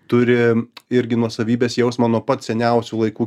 turi irgi nuosavybės jausmą nuo pat seniausių laikų